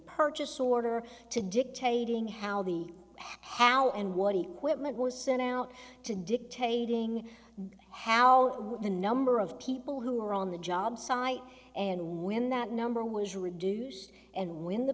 purchase order to dictating how the how and what he quit mike was sent out to dictating how the number of people who are on the job site and when that number was reduced and when the